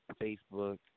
Facebook